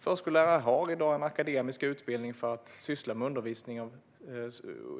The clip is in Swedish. Förskollärare har i dag en akademisk utbildning för att syssla med undervisning av